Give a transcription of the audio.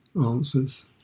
answers